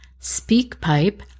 SpeakPipe